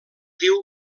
diu